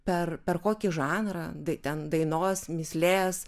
per per kokį žanrą d ten dainos mįslės